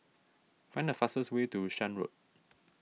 find the fastest way to Shan Road